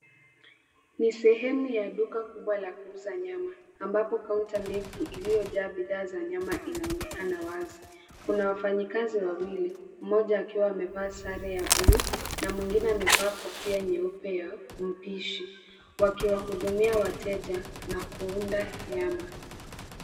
Ni sehemu ya duka kubwa la kuuza nyama ambapo counter ndefu iliyojaa bidhaa za nyama inaonekana wazi. Kuna wafanyikazi wawili, mmoja akiwa amevaa sare ya bluu na mwingine amevaa kofia nyeupe ya mpishi wakiwahudumia wateja na kuunda nyama.